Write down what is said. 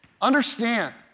Understand